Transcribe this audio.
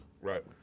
Right